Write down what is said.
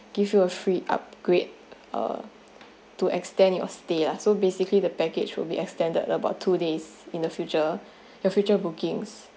give you a free upgrade uh to extend your stay lah so basically the package will be extended about two days in the future the future bookings